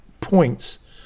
points